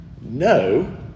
No